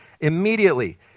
immediately